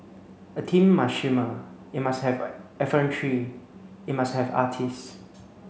a team must shimmer it must have effrontery it must have artists